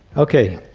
okay.